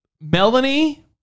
Melanie